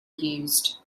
used